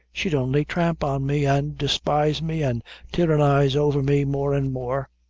she'd only tramp on me, an' despise me, an' tyrannize over me more and more.